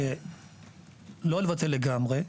שלא לבטל לגמרי,